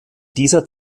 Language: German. dieser